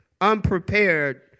unprepared